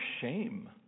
shame